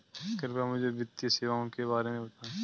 कृपया मुझे वित्तीय सेवाओं के बारे में बताएँ?